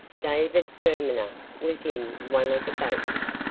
david fermaner was in one of the boats,